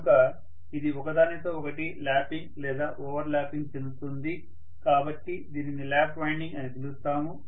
కనుక ఇది ఒకదానితో ఒకటి ల్యాపింగ్ లేదా ఓవర్ ల్యాపింగ్ చెందుతుంది కాబట్టి దీనిని లాప్ వైండింగ్ అని పిలుస్తాము